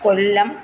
കൊല്ലം